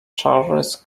charles